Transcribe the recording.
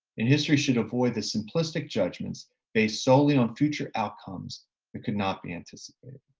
and history should avoid the simplistic judgments based solely on future outcomes that could not be anticipated.